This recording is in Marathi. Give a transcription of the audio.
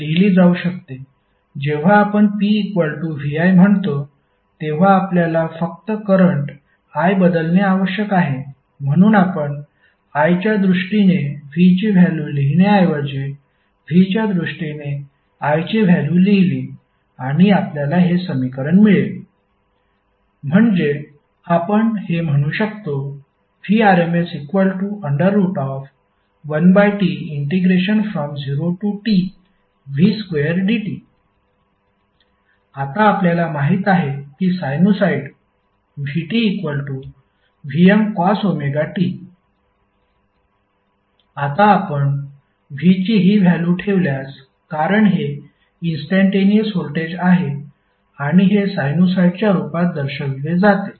जेव्हा आपण Pvi म्हणतो तेव्हा आपल्याला फक्त करंट i बदलणे आवश्यक आहे म्हणून आपण i च्या दृष्टीने v ची व्हॅल्यू लिहिण्याऐवजी v च्या दृष्टीने i ची व्हॅल्यू लिहली आणि आपल्याला हे समीकरण मिळेल म्हणजे आपण हे म्हणू शकतो Vrms1T0Tv2dt आता आपल्याला माहित आहे की साइनुसॉईड vtVmcosωt आता आपण V ची ही व्हॅल्यू ठेवल्यास कारण हे इंस्टंटेनिअस व्होल्टेज आहे आणि हे साइनुसॉईडच्या रूपात दर्शविले जाते